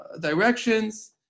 directions